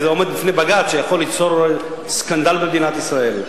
זה עומד בפני בג"ץ שיכול ליצור סקנדל במדינת ישראל.